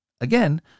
again